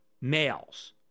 males